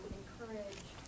encourage